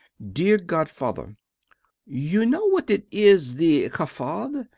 dear godfather you know what it is the cafard?